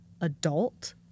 adult